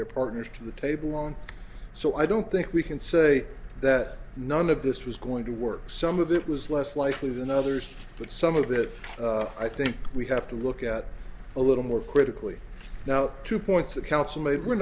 their partners to the table on so i don't think we can say that none of this was going to work some of it was less likely than others but some of that i think we have to look at a little more critically now to point